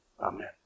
Amen